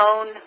own